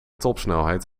topsnelheid